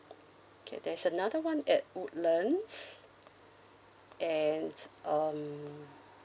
okay there's another one at woodlands and um